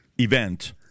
event